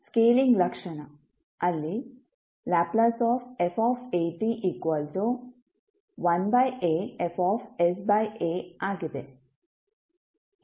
scaling ಲಕ್ಷಣ ಅಲ್ಲಿ Lf 1aFsa ಆಗಿದೆ